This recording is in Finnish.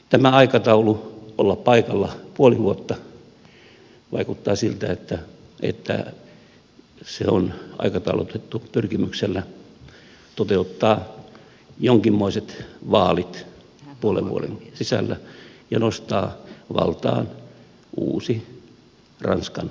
tämä aikataulu olla paikalla puoli vuotta vaikuttaa siltä että se on aikataulutettu pyrkimyksellä toteuttaa jonkinmoiset vaalit puolen vuoden sisällä ja nostaa valtaan uusi ranskan sätkynukke